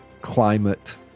climate